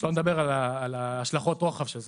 שלא נדבר על השלכות הרוחב של זה.